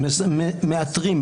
מאתרים,